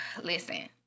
Listen